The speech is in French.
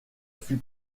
fut